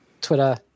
Twitter